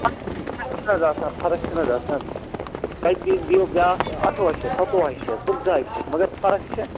تَتھ چھِنہٕ حظ آسان فرق چھِناہ حظ آسان تۄہہِ دیٖوٕ بیٛاکھ اَٹھوُہ ہے شَتھ سَتوٚوُہ ہَے شَتھ پٕنٛژٕہَے شَتھ مگر فرق چھےٚ